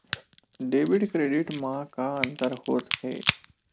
Debit credit मा का अंतर होत हे?